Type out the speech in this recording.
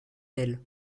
elle